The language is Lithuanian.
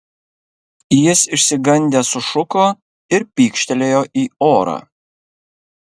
jis išsigandęs sušuko ir pykštelėjo į orą